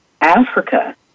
Africa